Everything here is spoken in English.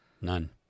None